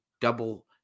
double